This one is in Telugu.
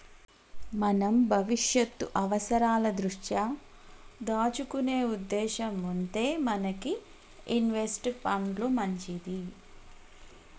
మనం భవిష్యత్తు అవసరాల దృష్ట్యా దాచుకునే ఉద్దేశం ఉంటే మనకి ఇన్వెస్ట్ పండ్లు మంచిది